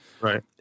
Right